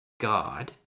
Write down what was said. God